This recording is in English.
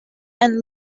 and